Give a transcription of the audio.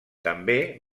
també